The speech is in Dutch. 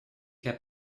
heb